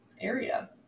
area